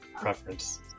preference